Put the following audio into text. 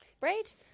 Right